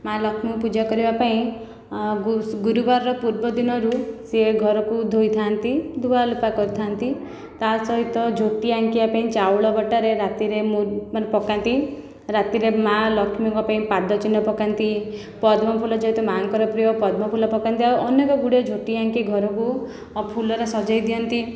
ମା' ଲକ୍ଷ୍ମୀଙ୍କୁ ପୂଜା କରିବା ପାଇଁ ଗୁରୁବାରର ପୂର୍ବ ଦିନରୁ ସିଏ ଘରକୁ ଧୋଇଥାନ୍ତି ଧୁଆଲିପା କରିଥାଆନ୍ତି ତା ସହିତ ଝୋଟି ଆଙ୍କିବା ପାଇଁ ଚାଉଳ ବଟାରେ ରାତିରେ ମାନେ ପକାନ୍ତି ରାତିରେ ମା' ଲକ୍ଷ୍ମୀଙ୍କ ପାଇଁ ପାଦ ଚିହ୍ନ ପକାନ୍ତି ପଦ୍ମ ଫୁଲ ଯେହେତୁ ମାଆଙ୍କର ପ୍ରିୟ ପଦ୍ମ ଫୁଲ ପକାନ୍ତି ଆଉ ଅନେକ ଗୁଡ଼ିଏ ଝୋଟି ଆଙ୍କି ଘରକୁ ଫୁଲରେ ସଜେଇ ଦିଅନ୍ତି